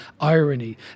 irony